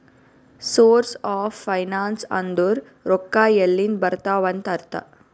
source of finance ಅಂದುರ್ ರೊಕ್ಕಾ ಎಲ್ಲಿಂದ್ ಬರ್ತಾವ್ ಅಂತ್ ಅರ್ಥ